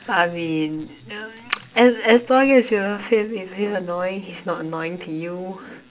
I mean uh as as long as your annoying he's not annoying to you